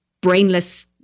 brainless